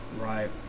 Right